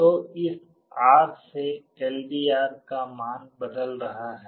तो इस R से LDR का मान बदल रहा है